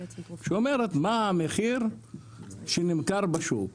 שאומרת מה המחיר שנמכר בשוק.